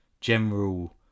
general